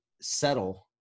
settle